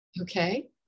okay